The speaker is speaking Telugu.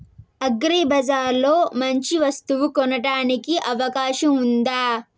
అగ్రిబజార్ లో మంచి వస్తువు కొనడానికి అవకాశం వుందా?